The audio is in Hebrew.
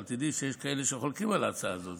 אבל תדעי שיש כאלה שחולקים על ההצעה הזאת.